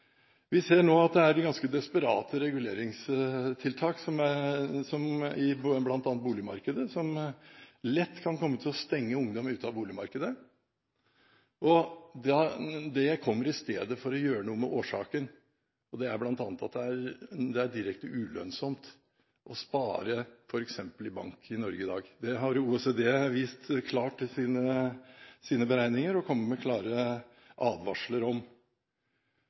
Vi ser nå at det er ganske desperate reguleringstiltak bl.a. i boligmarkedet som lett kan komme til å stenge ungdom ute fra boligmarkedet. Det kommer i stedet for å gjøre noe med årsaken, som bl.a. er at det i dag er direkte ulønnsomt å spare f.eks. i bank i Norge. Det har OECD vist klart i sine beregninger og kommet med klare advarsler om.